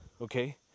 okay